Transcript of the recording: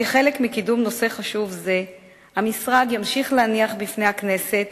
כחלק מקידום נושא חשוב זה המשרד ימשיך להניח בפני הכנסת